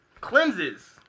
cleanses